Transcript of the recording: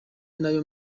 nayo